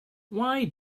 why